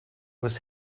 was